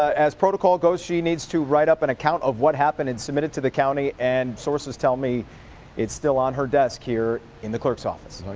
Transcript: as protocol goes, she needs to write up an account of what happened and submit it to the county and sources tell me it's still on her desk here in the clerk's office.